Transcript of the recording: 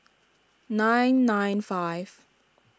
nine nine five